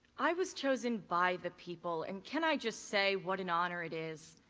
i was chosen by the people, and can i just say what an honor it is?